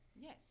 Yes